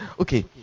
okay